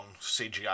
CGI